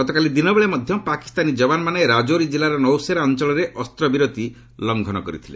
ଗତକାଲି ଦିନ ବେଳେ ମଧ୍ୟ ପାକିସ୍ତାନୀ ଯବାନମାନେ ରାଜୌରୀ କିଲ୍ଲାର ନୌସେରା ଅଞ୍ଚଳରେ ଅସ୍ତ୍ରବିରତୀ ଲଂଘନ କରିଥିଲେ